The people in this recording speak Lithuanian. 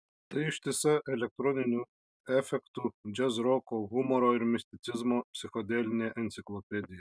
tai ištisa elektroninių efektų džiazroko humoro ir misticizmo psichodelinė enciklopedija